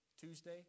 Tuesday